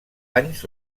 anys